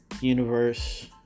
universe